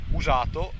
usato